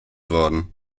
worden